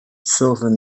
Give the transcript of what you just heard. sylvan